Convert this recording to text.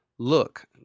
look